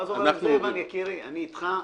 עזוב, יקירי, אני איתך.